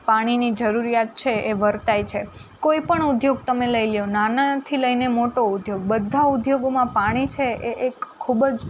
પાણીની જરૂરિયાત છે એ વર્તાય છે કોઈપણ ઉદ્યોગ તમે લઈ લ્યો નાનાથી લઈને મોટો ઉદ્યોગ બધા ઉદ્યોગોમાં પાણી છે એ એક ખૂબ જ